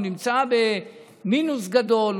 הוא נמצא במינוס גדול,